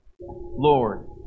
Lord